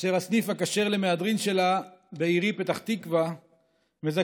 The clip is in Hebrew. אשר הסניף הכשר למהדרין שלה בעירי פתח תקווה מזכה